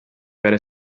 vere